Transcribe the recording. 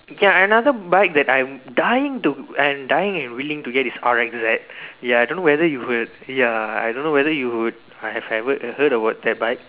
okay another bike that I'm dying to I'm dying and willing to get is R X Z ya I don't know whether you heard ya I don't know whether you I have had heard heard about that bike